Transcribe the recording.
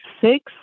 six